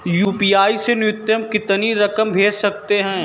UPI से न्यूनतम कितनी रकम भेज सकते हैं?